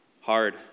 hard